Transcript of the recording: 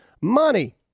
money